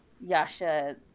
yasha